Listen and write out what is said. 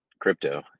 crypto